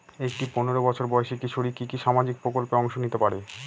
একটি পোনেরো বছর বয়সি কিশোরী কি কি সামাজিক প্রকল্পে অংশ নিতে পারে?